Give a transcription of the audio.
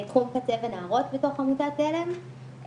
תחום נערות בתוך עמותת על"ם,